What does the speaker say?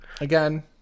Again